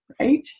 right